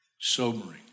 sobering